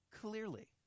clearly